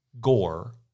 Gore